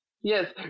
Yes